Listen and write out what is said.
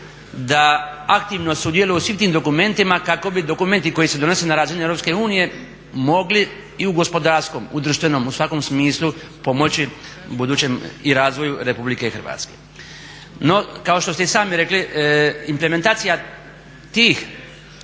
da aktivno sudjeluje u svim tim dokumentima kako bi dokumenti koji se donose na razini EU mogli i u gospodarskom, u društvenom u svakom smislu pomoći budućem i razvoju RH. No, kao što ste i sami rekli implementacija tih